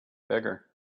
bigger